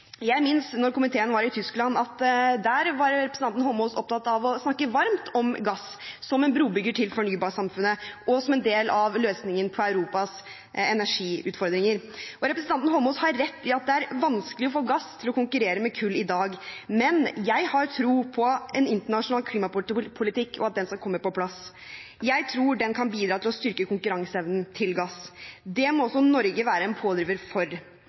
Jeg minnes da komiteen var i Tyskland at der var representanten Eidsvoll Holmås opptatt av å snakke varmt om gass som en brobygger til fornybarsamfunnet, og som en del av løsningen på Europas energiutfordringer. Representanten Eidsvoll Holmås har rett i at det er vanskelig å få gass til å konkurrere med kull i dag, men jeg har tro på en internasjonal klimapolitikk, og at den skal komme på plass. Jeg tror den kan bidra til å styrke konkurranseevnen til gass. Det må også Norge være en pådriver for.